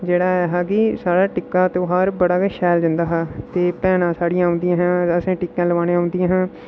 जेह्ड़ा ऐ हा कि साढ़ा टिक्का ध्यार बड़ा गै शैल जंदा हा ते भैनां साढ़ियां औंदियां हां असें ई टिक्का लुआने गी औंदियां हियां